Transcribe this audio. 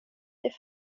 det